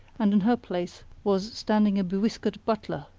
and in her place was standing a bewhiskered butler,